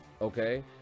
Okay